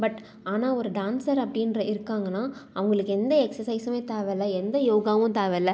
but ஆனால் ஒரு dancer அப்படின்ற இருக்காங்கன்னா அவங்களுக்கு எந்த எக்ஸசைஸுமே தேவையில்ல எந்த யோகாவும் தேவையில்ல